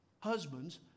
Husbands